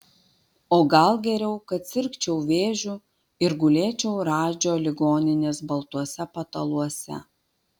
o gal geriau kad sirgčiau vėžiu ir gulėčiau radžio ligoninės baltuose pataluose